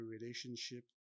relationship